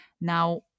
Now